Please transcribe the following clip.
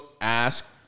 ask